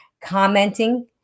commenting